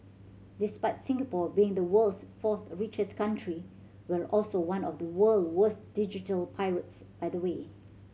despite Singapore being the world's fourth richest country we're also one of the world's worst digital pirates by the way